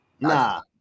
nah